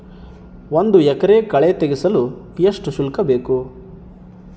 ಒಂದು ಎಕರೆ ಕಳೆ ತೆಗೆಸಲು ಎಷ್ಟು ಶುಲ್ಕ ಬೇಕು?